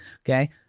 okay